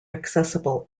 accessible